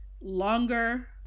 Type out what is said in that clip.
longer